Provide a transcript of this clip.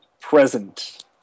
Present